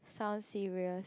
sound serious